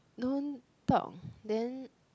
don't talk then